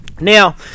Now